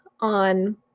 on